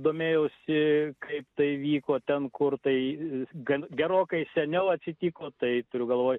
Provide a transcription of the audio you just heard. domėjausi kaip tai vyko ten kur tai gan gerokai seniau atsitiko tai turiu galvoj